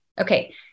okay